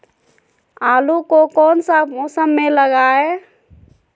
आलू को कौन सा मौसम में लगाए?